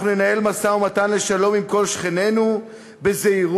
אנחנו ננהל משא-ומתן לשלום עם כל שכנינו בזהירות,